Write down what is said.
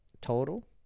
total